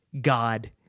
God